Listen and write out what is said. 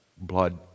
blood